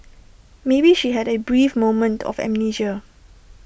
maybe she had A brief moment of amnesia